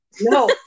No